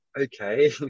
okay